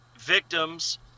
victims